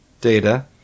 data